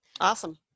Awesome